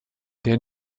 der